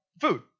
food